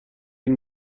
این